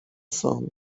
song